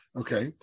okay